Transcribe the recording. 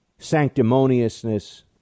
sanctimoniousness